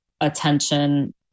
attention